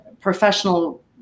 professional